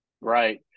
Right